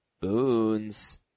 Boons